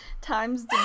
times